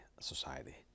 society